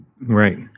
Right